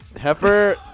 Heifer